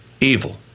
Evil